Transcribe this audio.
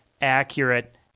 accurate